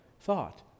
thought